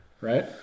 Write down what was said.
right